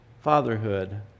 fatherhood